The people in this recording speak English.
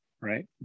Right